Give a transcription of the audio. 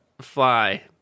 Fly